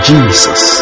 Jesus